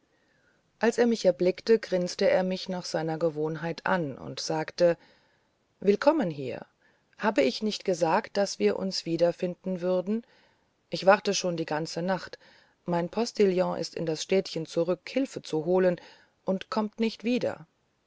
als er mich erblickte grinsete er mich nach seiner gewohnheit an und sagte willkommen hier habe ich nicht gesagt daß wir uns wieder finden würden ich warte schon die ganze nacht mein postillon ist in das städtchen zurück hilfe zu holen und kommt nicht wieder